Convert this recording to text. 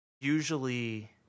Usually